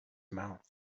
mouth